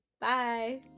Bye